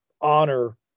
honor